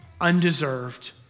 undeserved